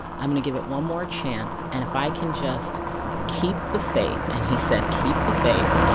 i'm going to give it one more chance, and if i can just keep the faith and he said, keep the faith.